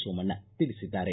ಸೋಮಣ್ಣ ತಿಳಿಸಿದ್ದಾರೆ